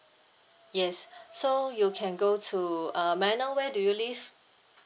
yes so you can go to uh may I know where do you live